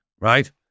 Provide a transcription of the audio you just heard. right